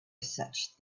such